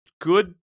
good